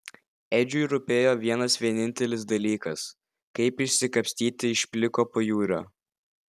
edžiui rūpėjo vienas vienintelis dalykas kaip išsikapstyti iš pliko pajūrio